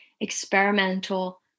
experimental